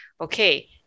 okay